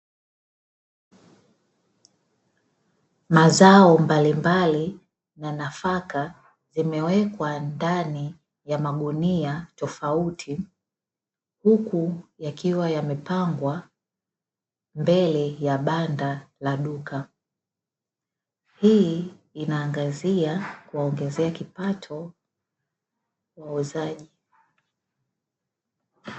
Mazao mbalimbali na nafaka zimewekwa ndani ya magunia tofauti huku yakiwa yamepangwa mbele ya banda la duka, hii inaangazia kuwaongezea kipato wauzaji.